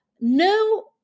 No